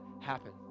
happen